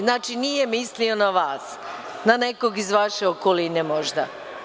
Znači, nije mislio na vas, na nekog iz vaše okoline možda.